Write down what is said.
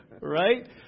right